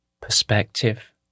perspective